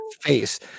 face